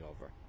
over